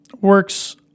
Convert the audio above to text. works